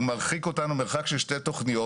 הוא מרחיק אותנו מרחק של שתי תכניות.